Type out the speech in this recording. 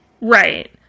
Right